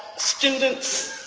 students,